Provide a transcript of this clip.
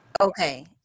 okay